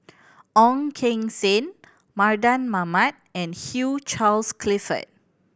Ong Keng Sen Mardan Mamat and Hugh Charles Clifford